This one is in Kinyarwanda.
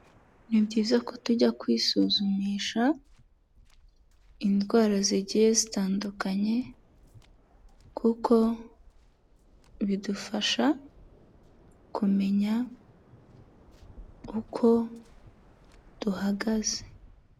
Ni byiza ko tujya kwisuzumisha, indwara zigiye zitandukanye kuko bidufasha kumenya uko duhagaze.